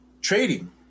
trading